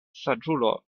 saĝulo